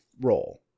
role